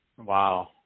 Wow